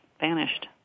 vanished